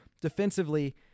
defensively